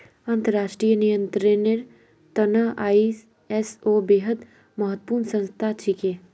अंतर्राष्ट्रीय नियंत्रनेर त न आई.एस.ओ बेहद महत्वपूर्ण संस्था छिके